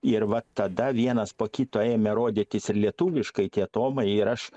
ir va tada vienas po kito ėmė rodytis ir lietuviškai tie tomai ir aš